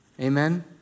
Amen